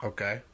Okay